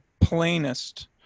plainest